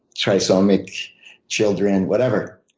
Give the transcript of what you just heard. trisomic children, whatever.